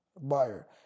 buyer